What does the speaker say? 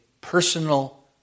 personal